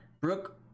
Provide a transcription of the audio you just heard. Brooke